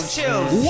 Chills